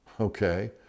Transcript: okay